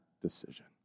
decision